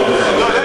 לא התכוונו.